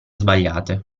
sbagliate